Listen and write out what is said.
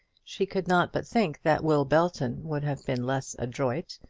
she could not but think that will belton would have been less adroit,